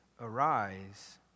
arise